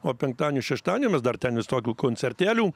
o penktadienį šeštadienį mes dar ten visokių koncertėlių